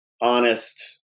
honest